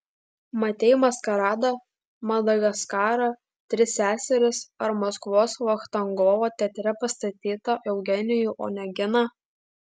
matei maskaradą madagaskarą tris seseris ar maskvos vachtangovo teatre pastatytą eugenijų oneginą